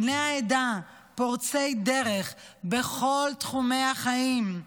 בני העדה פורצי דרך בכל תחומי החיים,